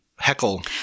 heckle